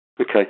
Okay